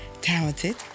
talented